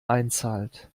einzahlt